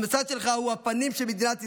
המשרד שלך הוא הפנים של מדינת ישראל,